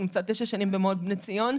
הוא נמצא 9 שנים במעון בני ציון.